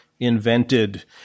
invented